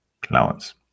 clouds